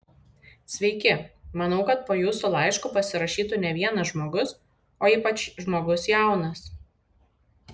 sveiki manau kad po jūsų laišku pasirašytų ne vienas žmogus o ypač žmogus jaunas